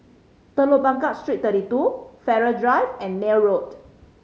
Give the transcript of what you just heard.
Telok Blangah Street Thirty Two Farrer Drive and Neil Road